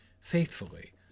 faithfully